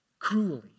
Cruelly